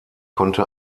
konnte